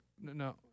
No